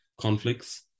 conflicts